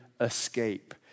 escape